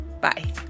Bye